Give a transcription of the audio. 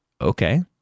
Okay